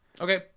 okay